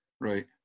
Right